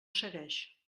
segueix